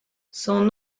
son